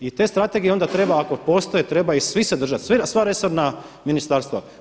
I te strategije onda treba ako postoje, treba ih svi se držati, sva resorna ministarstva.